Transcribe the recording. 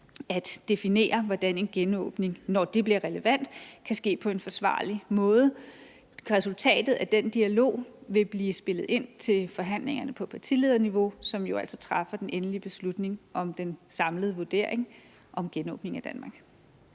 at definere, hvordan en genåbning, når det bliver relevant, kan ske på en forsvarlig måde. Resultatet af den dialog vil blive spillet ind til forhandlingerne på partilederniveau, hvor den endelige beslutning om den samlede vurdering om genåbningen af Danmark